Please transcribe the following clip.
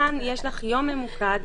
כאן יש יום ממוקד,